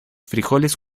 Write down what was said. frijoles